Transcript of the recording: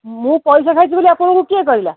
ମୁଁ ପଇସା ଖାଇଛି ବୋଲି ଆପଣଙ୍କୁ କିଏ କହିଲା